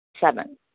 Seven